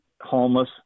homeless